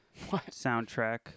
soundtrack